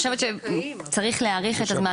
אז אני חושבת שצריך להאריך את הזמן,